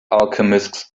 alchemists